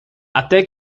até